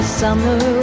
summer